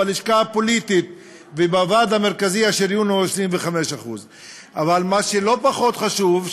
בלשכה הפוליטית ובוועד המרכזי השריון הוא 25%. אבל מה שלא פחות חשוב,